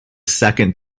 second